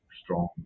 strong